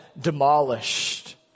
demolished